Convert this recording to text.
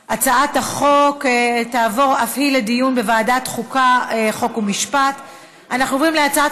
2017, לוועדת החוקה, חוק ומשפט נתקבלה.